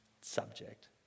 subject